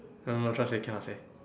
no no trust me cannot say